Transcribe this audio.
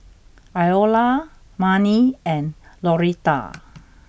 Iola Marni and Lauretta